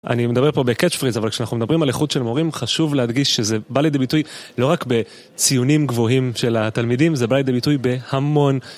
אני מדבר פה בcatch phrase אבל כשאנחנו מדברים על איכות של מורים חשוב להדגיש שזה בא לידי ביטוי לא רק בציונים גבוהים של התלמידים זה בא לידי ביטוי בהמון